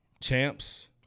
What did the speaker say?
Champs